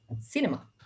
cinema